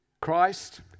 Christ